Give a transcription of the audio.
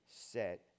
set